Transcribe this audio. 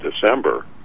december